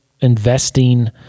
investing